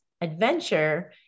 adventure